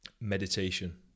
meditation